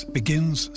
begins